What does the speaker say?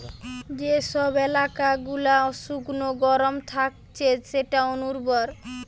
যে সব এলাকা গুলা শুকনো গরম থাকছে সেটা অনুর্বর